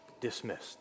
dismissed